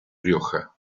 rioja